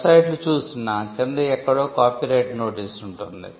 వెబ్సైట్లు చూసినా కింద ఎక్కడో కాపీరైట్ నోటీసు ఉంటుంది